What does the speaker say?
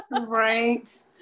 right